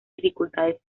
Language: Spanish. dificultades